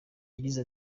yagize